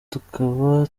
tukaba